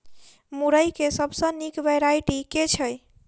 मुरई केँ सबसँ निक वैरायटी केँ छै?